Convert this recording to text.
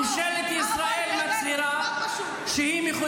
לכם יש